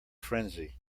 frenzy